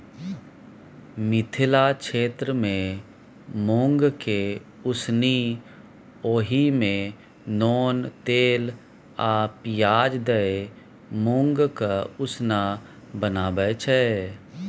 मिथिला क्षेत्रमे मुँगकेँ उसनि ओहि मे नोन तेल आ पियाज दए मुँगक उसना बनाबै छै